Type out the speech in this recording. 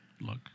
Look